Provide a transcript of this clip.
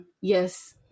yes